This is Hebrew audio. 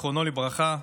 זיכרונו לברכה,